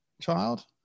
child